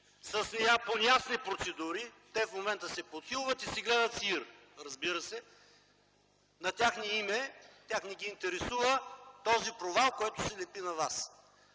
ДПС, по неясни процедури. Те в момента се подхилват и си гледат сеир, разбира се. Тях не ги интересува този провал, който се лепи на вас.